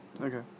Okay